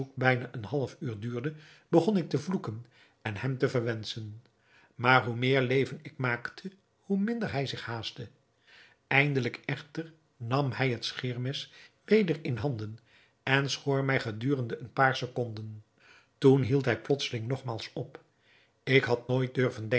bijna een half uur duurde begon ik te vloeken en hem te verwenschen maar hoe meer leven ik maakte hoe minder hij zich haastte eindelijk echter nam hij het scheermes weder in handen en schoor mij gedurende een paar seconden toen hield hij plotseling nogmaals op ik had nooit durven